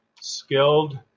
Skilled